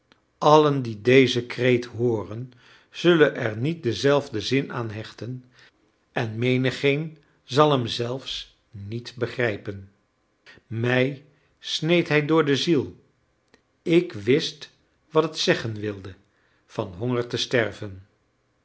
allen die dezen kreet hooren zullen er niet denzelfden zin aan hechten en menigeen zal hem zelfs niet begrijpen mij sneed hij door de ziel ik wist wat het zeggen wilde van honger te sterven